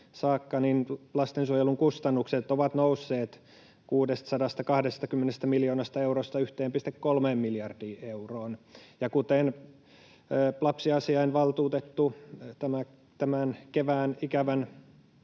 saakka lastensuojelun kustannukset ovat nousseet 620 miljoonasta eurosta 1,3 miljardiin euroon. Ja kuten lapsiasiainvaltuutettu tämän kevään ikävän